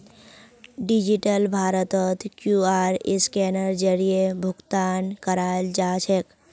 digital भारतत QR scanner जरीए भुकतान कराल जाछेक